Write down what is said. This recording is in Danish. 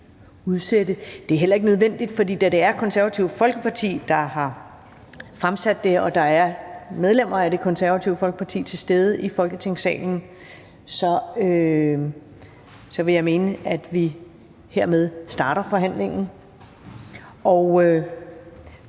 Det er heller ikke nødvendigt, for da det er Det Konservative Folkeparti, der har fremsat det her, og da der er medlemmer af Det Konservative Folkeparti i salen, vil jeg mene, at vi hermed starter forhandlingen.